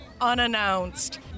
unannounced